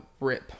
rip